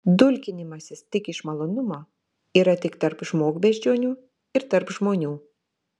dulkinimasis tik iš malonumo yra tik tarp žmogbeždžionių ir tarp žmonių